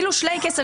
אלן דרשוביץ, תודה.